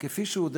כפי שהוא,